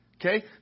okay